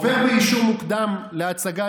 עובר לאישור מוקדם להצגת,